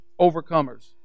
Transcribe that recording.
overcomers